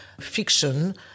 fiction